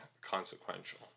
consequential